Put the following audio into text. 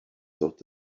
dod